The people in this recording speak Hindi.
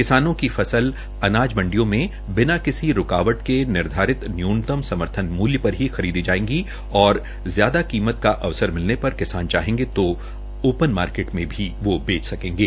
किसानों को फसल अनाज मंडियों में बिना रूकावट के निर्धारित न्यूनतम समर्थमन मूल्य पर ही खरीदी जायेगी और ज्यादा कीमत का अवसर मिलने पर किसान चाहेंगे तो ओपन मार्केट में बेच सकेंगे